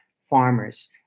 farmers